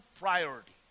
priority